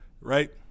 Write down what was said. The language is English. Right